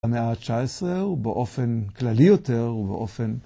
במאה ה-19, ובאופן כללי יותר, ובאופן...